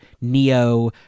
Neo